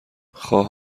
خواه